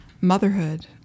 motherhood